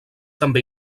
també